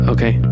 Okay